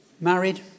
Married